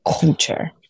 culture